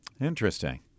Interesting